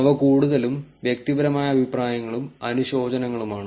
അവ കൂടുതലും വ്യക്തിപരമായ അഭിപ്രായങ്ങളും അനുശോചനങ്ങളുമാണ്